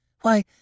Why